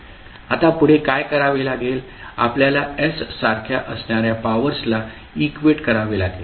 आता पुढे काय करावे लागेल आपल्याला s सारख्या असणाऱ्या पावर्सला इक्वेट करावे लागेल